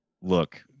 Look